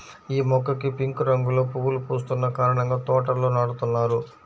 యీ మొక్కకి పింక్ రంగులో పువ్వులు పూస్తున్న కారణంగా తోటల్లో నాటుతున్నారు